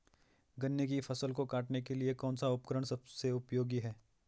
गन्ने की फसल को काटने के लिए कौन सा उपकरण सबसे उपयोगी है?